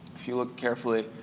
if you look carefully,